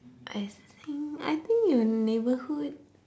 I think I think your neighbourhood